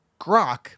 grok